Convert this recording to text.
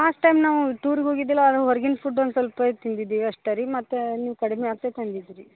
last time ನಾವು ಟೂರಿಗೆ ಹೋಗಿದ್ದಿಲ್ಲ ಆಗ ಹೊರ್ಗಿನ ಫುಡ್ ಒಂದು ಸ್ವಲ್ಪ ತಿಂದಿದ್ದಿವಿ ಅಷ್ಟೆ ರೀ ಮತ್ತು ನೀವು ಕಡ್ಮೆ ಆಗ್ತೇತಿ ಅಂದಿದ್ದಿರಿ